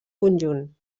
conjunt